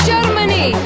Germany